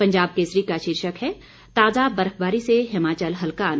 पंजाब केसरी का शीर्षक है ताजा बर्फबारी से हिमाचल हलकान